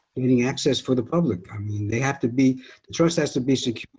and getting access for the public. i mean, they have to be the trust has to be